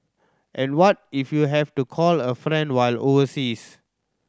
and what if you have to call a friend while overseas